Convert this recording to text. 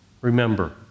remember